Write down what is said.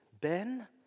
Ben